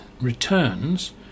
returns